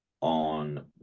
on